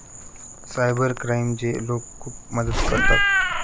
cyber क्राईमचे लोक खूप मदत करतात